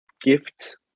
gift